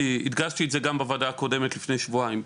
והדגשתי את זה גם בוועדה הקודמת לפני שבועיים,